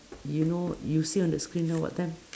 you know you see on the screen now what time